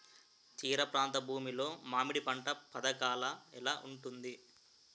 తీర ప్రాంత భూమి లో మామిడి పంట పథకాల ఎలా ఉంటుంది?